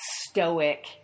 stoic